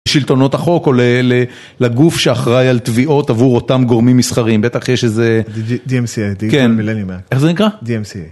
שלטונות החוק או לגוף שאחראי על תביעות עבור אותם גורמים מסחרים, בטח יש איזה..., DMCA. איך זה נקרא? DMCA.